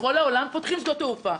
בכל העולם פותחים שדות תעופה,